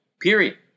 period